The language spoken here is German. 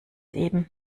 eben